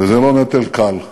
וזה לא נטל קל,